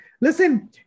listen